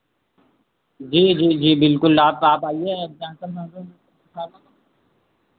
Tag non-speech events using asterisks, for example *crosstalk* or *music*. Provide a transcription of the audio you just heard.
जी जी जी बिल्कुल आप आप आइए अब *unintelligible*